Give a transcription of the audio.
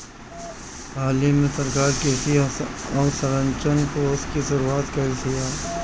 हालही में सरकार कृषि अवसंरचना कोष के शुरुआत कइलस हियअ